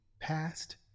past